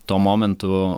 tuo momentu